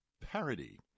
parody